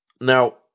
Now